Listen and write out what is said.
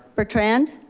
butrend.